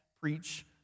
preach